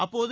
அப்போது